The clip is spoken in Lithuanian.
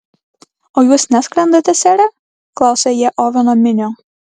o jūs neskrendate sere klausė jie oveno minio